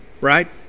Right